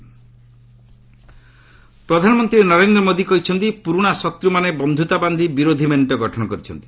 campaign ପ୍ରଧାନମନ୍ତ୍ରୀ ନରେନ୍ଦ୍ର ମୋଦି କହିଛନ୍ତି ପୁରୁଣା ଶତ୍ରୁମାନେ ବନ୍ଧୁତା ବାନ୍ଧି ବିରୋଧୀ ମେଣ୍ଟ ଗଠନ କରିଛନ୍ତି